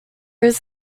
was